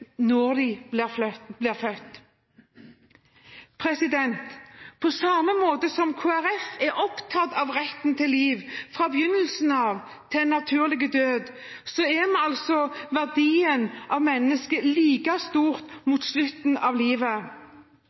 når de blir født. På samme måte som Kristelig Folkeparti er opptatt av retten til liv fra begynnelsen av til en naturlig død, er menneskeverdet like stort mot slutten av livet.